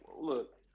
look